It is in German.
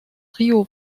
rio